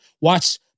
watch